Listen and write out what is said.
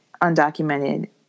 undocumented